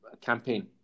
campaign